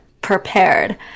prepared